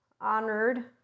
honored